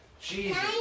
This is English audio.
Jesus